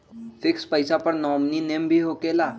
Fix पईसा पर nominee name भी होकेला?